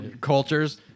cultures